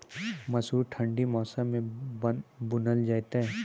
मसूर ठंडी मौसम मे बूनल जेतै?